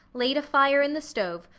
laid a fire in the stove,